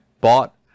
bought